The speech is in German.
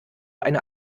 eine